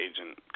agent